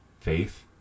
faith